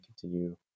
continue